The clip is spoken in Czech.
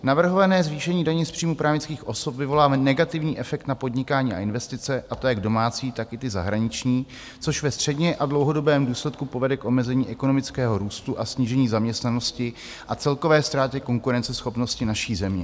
Navrhované zvýšení daně z příjmu právnických osob vyvolá negativní efekt na podnikání a investice, a to jak domácí, tak i ty zahraniční, což ve středně a dlouhodobém důsledku povede k omezení ekonomického růstu a snížení zaměstnanosti a celkové ztráty konkurenceschopnosti naší země.